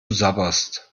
sabberst